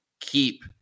keep